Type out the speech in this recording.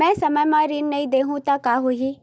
मैं समय म ऋण नहीं देहु त का होही